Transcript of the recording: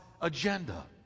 agenda